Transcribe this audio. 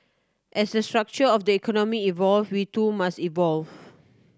as the structure of the economy evolve we too must evolve